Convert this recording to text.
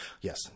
Yes